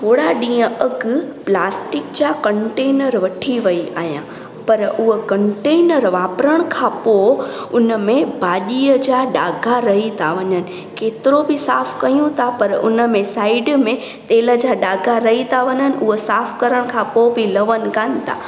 थोरा ॾींहं अॻु प्लास्टिक जा कंटेनर वठी वई आहियां पर उअ कंटेनर वापरण खां पोइ उनमें भाॼीअ जा ॾागा रही था वञनि केतिरो बि साफ़ कयूं था पर उनमें साइड में तेल जा ॾागा रही था वञनि उअ साफ़ करण खां पोइ बि लहनि कोन्ह था